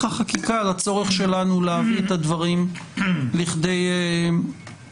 החקיקה על הצורך שלנו להביא את הדברים לכדי סיום.